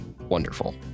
wonderful